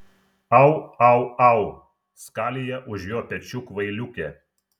au au au skalija už jo pečių kvailiukė